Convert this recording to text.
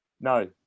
No